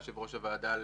יושב-ראש הוועדה,